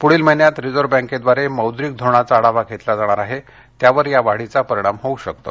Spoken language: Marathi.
पूढील महिन्यात रिझर्व बँकेद्वारे मौद्रिक धोरणाचा आढावा घेतला जाणार आहे त्यावर या वाढीचा परिणाम होऊ शकतो